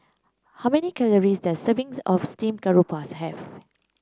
how many calories does a serving of Steamed Garoupa have